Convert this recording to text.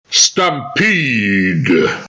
Stampede